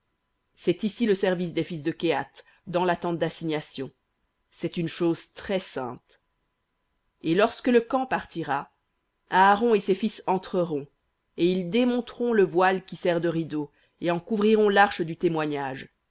c'est ici le service des fils de kehath dans la tente d'assignation c'est une chose très-sainte et lorsque le camp partira aaron et ses fils entreront et ils démonteront le voile qui sert de rideau et en couvriront l'arche du témoignage